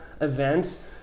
events